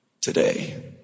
today